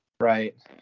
Right